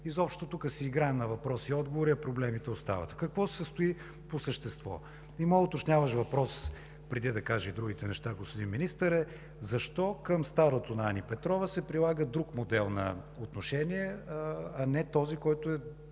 Изобщо тук си играем на въпроси и отговори, а проблемите остават. В какво се състои по същество? И моя уточняващ въпрос преди да кажа и другите неща, господин Министър, е: защо към стадото на Ани Петрова се прилага друг модел на отношение, а не този, който е